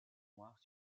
noirs